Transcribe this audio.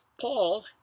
Paul